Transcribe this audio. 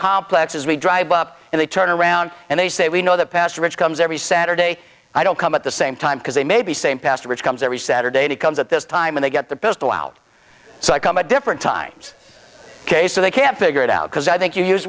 complex as we drive up and they turn around and they say we know the pastor which comes every saturday i don't come at the same time because they maybe same pastor which comes every saturday he comes at this time and they get the pistol out so i come a different times ok so they can't figure it out because i think you use